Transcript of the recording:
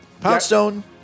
Poundstone